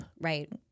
Right